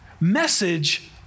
message